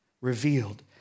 revealed